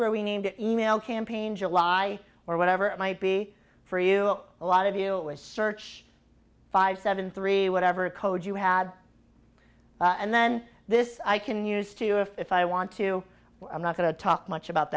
where we need to email campaign july or whatever it might be for you a lot of you it was search five seven three whatever code you had and then this i can use to you if i want to i'm not going to talk much about